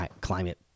climate